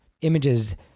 Images